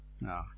No